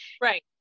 right